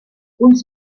uns